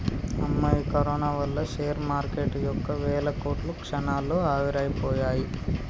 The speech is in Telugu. అమ్మో ఈ కరోనా వల్ల షేర్ మార్కెటు యొక్క వేల కోట్లు క్షణాల్లో ఆవిరైపోయాయి